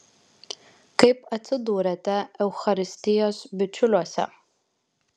kaip atsidūrėte eucharistijos bičiuliuose